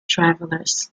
travelers